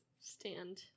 stand